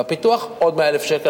והפיתוח עוד 100,000 שקל,